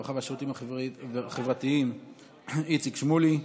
הרווחה והשירותים החברתיים איציק שמולי.